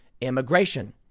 immigration